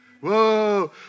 Whoa